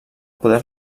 poder